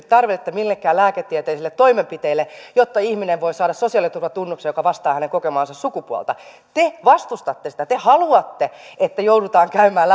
tarvetta millekään lääketieteellisille toimenpiteille jotta ihminen voi saada sosiaaliturvatunnuksen joka vastaa hänen kokemaansa sukupuolta te vastustatte sitä te haluatte että joudutaan käymään